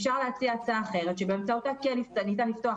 אפשר להציע הצעה אחרת שבאמצעותה כן ניתן לפתוח